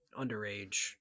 underage